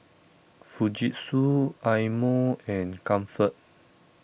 Fujitsu Eye Mo and Comfort